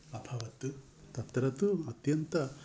अभवत् तत्र तु अत्यन्तं